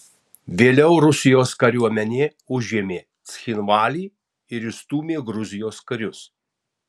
vėliau rusijos kariuomenė užėmė cchinvalį ir išstūmė gruzijos karius